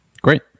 Great